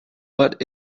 what